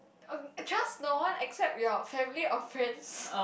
trust no one except your family or friends